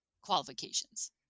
qualifications